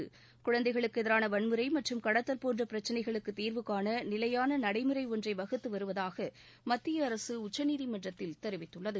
போன்ற குழந்தைகளுக்கு எதிரான வன்முறை மற்றும் கடத்தல் பிரச்சினைகளுக்கு தீர்வு காண நிலையான நடைமுறை ஒன்றை வகுத்து வருவதாக மத்திய அரசு உச்சநீதிமன்றத்தில் தெரிவித்துள்ளது